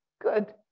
good